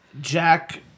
Jack